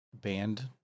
band